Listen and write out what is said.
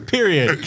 Period